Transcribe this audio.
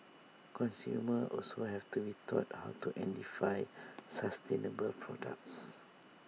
consumers also have to be taught how to identify sustainable products